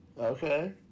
Okay